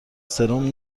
سرم